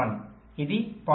1 ఇది 0